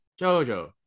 jojo